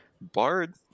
Bard